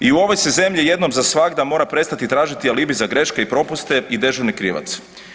I u ovoj se zemlji jednom za svagda mora prestati tražiti alibi za greške i propuste i dežurni krivac.